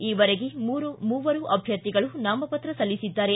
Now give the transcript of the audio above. ಈವರೆಗೆ ಮೂವರು ಅಭ್ಯರ್ಥಿಗಳು ನಾಮಪತ್ರ ಸಲ್ಲಿಸಿದ್ದಾರೆ